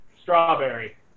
strawberry